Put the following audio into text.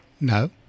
No